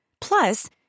Plus